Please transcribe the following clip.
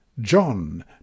John